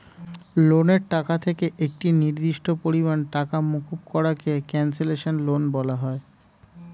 লোনের টাকা থেকে একটি নির্দিষ্ট পরিমাণ টাকা মুকুব করা কে কন্সেশনাল লোন বলা হয়